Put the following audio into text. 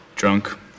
Drunk